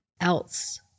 else